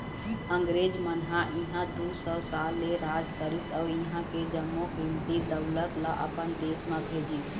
अंगरेज मन ह इहां दू सौ साल ले राज करिस अउ इहां के जम्मो कीमती दउलत ल अपन देश म भेजिस